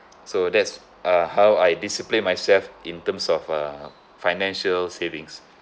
so that's uh how I discipline myself in terms of uh financial savings